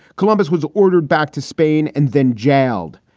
columbus was ordered back to spain and then jailed.